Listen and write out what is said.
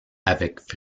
avec